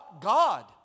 God